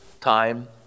Time